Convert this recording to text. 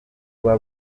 kuba